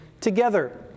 together